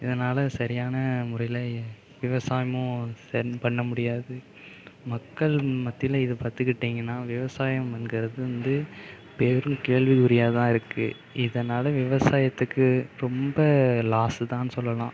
இதனால் சரியான முறையில் விவசாயமும் பண்ண முடியாது மக்கள் மத்தியில் இதை பார்த்துக்கிட்டிங்கன்னா விவசாயம்ங்கிறது வந்து பெரும் கேள்வி குறியாக தான் இருக்குது இதனால் விவசாயத்துக்கு ரொம்ப லாஸு தான்னு சொல்லலாம்